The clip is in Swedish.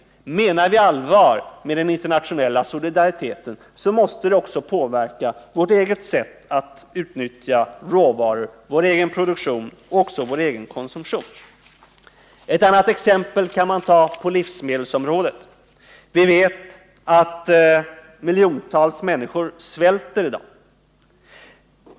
Om vi menar allvar med den internationella solidariteten måste det också påverka vårt sätt att utnyttja vår egen produktion och vår egen konsumtion. Vi kan ta ett annat exempel på livsmedelsområdet. Vi vet att miljontals människor svälter i dag.